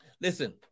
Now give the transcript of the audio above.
Listen